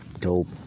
dope